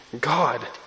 God